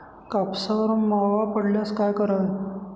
कापसावर मावा पडल्यास काय करावे?